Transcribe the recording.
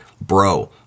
bro